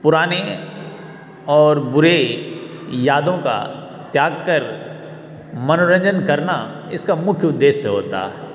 पुराने और बुरे यादों का त्याग कर मनोरंजन करना इसका मुख्य उद्देश्य होता है